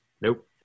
Nope